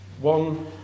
One